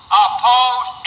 oppose